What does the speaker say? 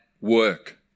work